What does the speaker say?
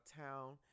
town